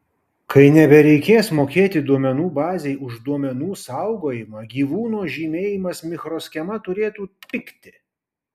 kai nebereikės mokėti duomenų bazei už duomenų saugojimą gyvūno žymėjimas mikroschema turėtų pigti